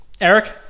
Eric